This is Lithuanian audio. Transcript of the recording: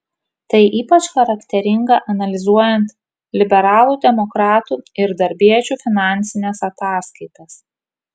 tai ypač charakteringa analizuojant liberalų demokratų ir darbiečių finansines ataskaitas